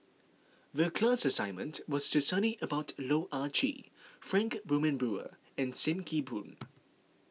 the class assignment was to study about Loh Ah Chee Frank Wilmin Brewer and Sim Kee Boon